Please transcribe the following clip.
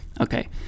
okay